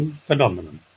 phenomenon